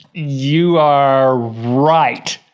you are right.